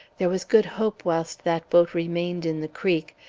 there was good hope whilst that boat remained in the creek.